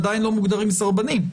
עדיין לא מוגדרים סרבנים.